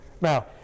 now